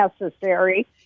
necessary